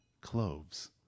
cloves